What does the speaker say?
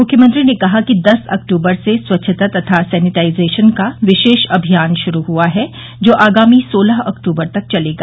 मुख्यमंत्री ने कहा कि दस अक्टूबर से स्वच्छता तथा सेनेटाइजेशन का विशेष अभियान शुरू हुआ है जो आगामी सोलह अक्टूबर तक चलेगा